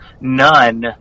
none